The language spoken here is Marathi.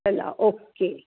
चला ओक्के